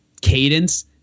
cadence